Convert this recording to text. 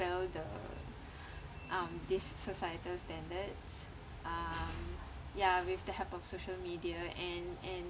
dispel the um these societal standards um ya with the help of social media and and